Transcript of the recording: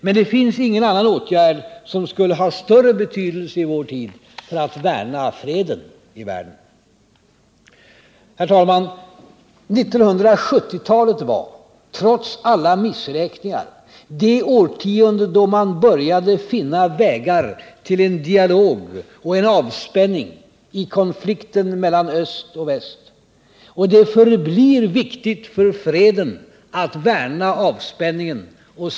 Men det finns ingen annan åtgärd som skulle ha större betydelse i vår tid för att värna freden i världen. Herr talman! 1970-talet var, trots alla missräkningar, det årtionde då man började finna vägar till dialog och avspänning i konflikten mellan öst och väst. Det förblir viktigt för freden att värna avspänningen.